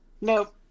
nope